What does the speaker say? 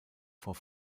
vor